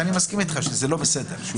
אני מסכים איתך שזה לא בסדר.